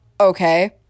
Okay